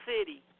City